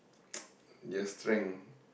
their strength